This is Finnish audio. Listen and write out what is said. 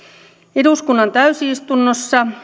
eduskunnan täysistunnossa